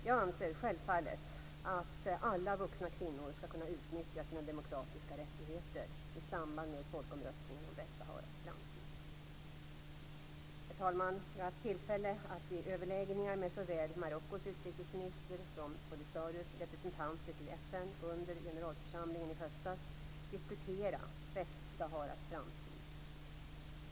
Jag anser självfallet att alla vuxna kvinnor skall kunna utnyttja sina demokratiska rättigheter i samband med folkomröstningen om Västsaharas framtid. Herr talman! Jag har haft tillfälle att i överläggningar med såväl Marockos utrikesminister som Polisarios representanter till FN under generalförsamlingen i höstas diskutera Västsaharas framtid.